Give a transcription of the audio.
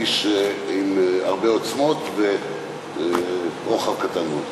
כביש עם הרבה עוצמות ורוחב צר מאוד.